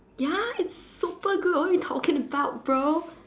ya it's super good what are you talking about bro